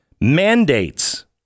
Mandates